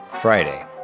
Friday